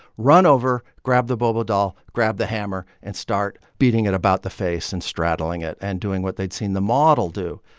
run over grab the bobo doll, grab the hammer, and start beating it about the face and straddling it and doing what they'd seen the model do.